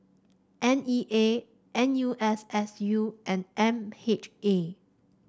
N E A N U S S U and M H A